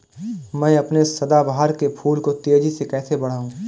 मैं अपने सदाबहार के फूल को तेजी से कैसे बढाऊं?